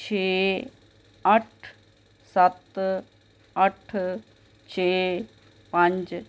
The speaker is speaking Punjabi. ਛੇ ਅੱਠ ਸੱਤ ਅੱਠ ਛੇ ਪੰਜ